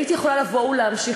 הייתי יכולה לבוא ולהמשיך,